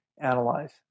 analyze